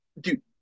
dude